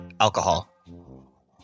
Alcohol